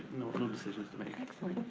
no decisions to make. excellent.